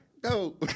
go